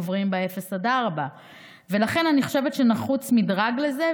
עוברים ב-0 4. לכן אני חושבת שנחוץ מדרג לזה,